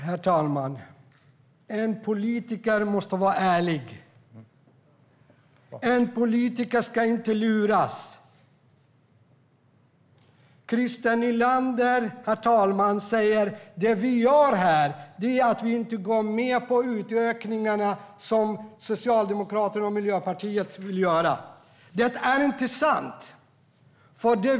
Herr talman! En politiker måste vara ärlig. En politiker ska inte luras. Christer Nylander säger: Det vi gör här är att inte gå med på utökningarna som Socialdemokraterna och Miljöpartiet vill göra. Det är inte sant.